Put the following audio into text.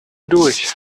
durch